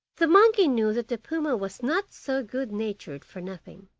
the monkey knew that the puma was not so good-natured for nothing,